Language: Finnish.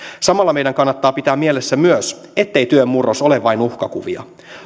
samalla meidän kannattaa pitää mielessä myös se ettei työn murros ole vain uhkakuvia